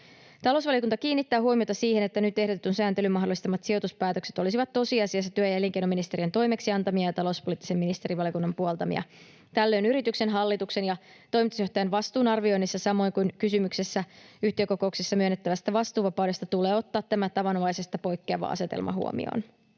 Talousvaliokunta kiinnittää huomiota siihen, että nyt ehdotetun sääntelyn mahdollistamat sijoituspäätökset olisivat tosiasiassa työ- ja elinkeinoministeriön toimeksiantamia ja talouspoliittisen ministerivaliokunnan puoltamia. Tällöin yrityksen hallituksen ja toimitusjohtajan vastuun arvioinnissa samoin kuin kysymyksessä yhtiökokouksessa myönnettävästä vastuuvapaudesta tulee ottaa tämä tavanomaisesta poikkeava asetelma huomioon.